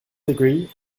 degree